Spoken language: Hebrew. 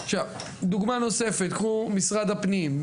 דוגמא נוספת, קחו משרד הפנים.